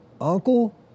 uncle